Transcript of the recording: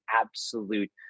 absolute